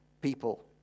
people